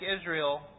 Israel